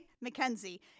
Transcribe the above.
Mackenzie